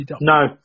No